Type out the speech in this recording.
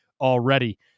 already